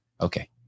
okay